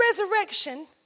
resurrection